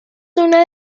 una